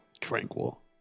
tranquil